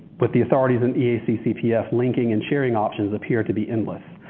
with the authorities and eac cpf linking and sharing options appear to be endless.